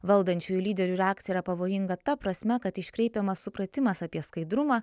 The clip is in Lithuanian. valdančiųjų lyderių reakcija yra pavojinga ta prasme kad iškreipiamas supratimas apie skaidrumą